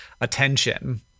attention